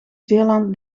zeeland